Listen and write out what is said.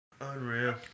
Unreal